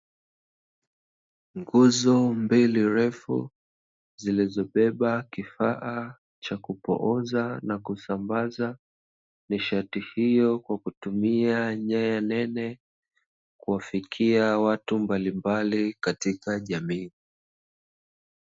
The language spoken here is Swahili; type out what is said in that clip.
Nguzo mbili ndefu zilizobeba kifaa cha kupooza na kusambaza nishati hiyo kwa kutumia nyaya nene kuwafikia watu mbalimbali katika jamii.